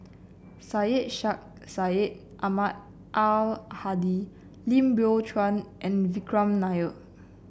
Syed Sheikh Syed Ahmad Al Hadi Lim Biow Chuan and Vikram Nair